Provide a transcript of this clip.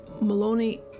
Maloney